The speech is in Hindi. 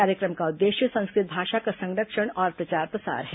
कार्यक्रम का उद्देश्य संस्कृत भाषा का संरक्षण और प्रचार प्रसार है